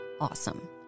awesome